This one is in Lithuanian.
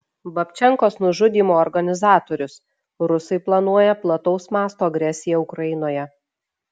babčenkos nužudymo organizatorius rusai planuoja plataus masto agresiją ukrainoje